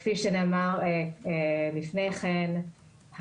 כפיש נאמר לפני כן,